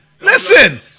listen